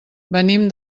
venim